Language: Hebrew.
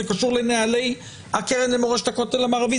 זה קשור לנהלי הקרן למורשת הכותל המערבי,